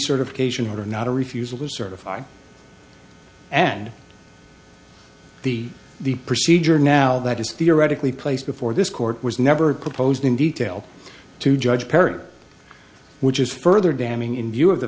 decertification order not a refusal to certify and the the procedure now that is theoretically placed before this court was never proposed in detail to judge perry or which is further damning in view of the